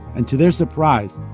and to their surprise,